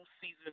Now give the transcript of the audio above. season